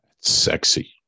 sexy